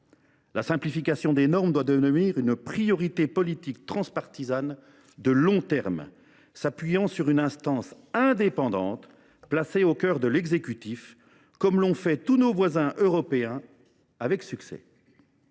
La simplification des normes doit devenir une priorité politique transpartisane de long terme, s’appuyant sur une instance indépendante placée au cœur de l’exécutif, comme l’ont fait, avec succès, tous nos voisins européens. Il est